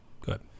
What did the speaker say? good